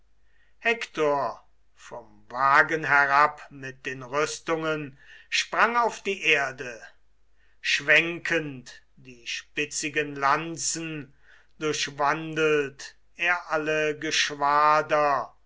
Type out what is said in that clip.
hektor vom wagen herab mit den rüstungen sprang auf die erde schwenkend die spitzigen lanzen durchwandelt er alle geschwader